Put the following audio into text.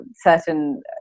certain –